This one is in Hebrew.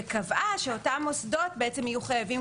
וקבעה שאותם מוסדות יהיו חייבים,